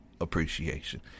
appreciation